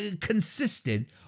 consistent